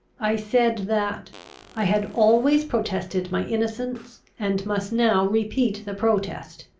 i said that i had always protested my innocence, and must now repeat the protest.